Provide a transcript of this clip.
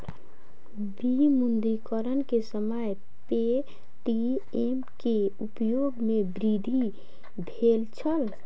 विमुद्रीकरण के समय पे.टी.एम के उपयोग में वृद्धि भेल छल